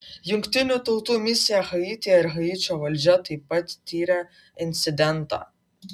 jungtinių tautų misija haityje ir haičio valdžia taip pat tiria incidentą